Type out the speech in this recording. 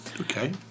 Okay